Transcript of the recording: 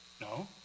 No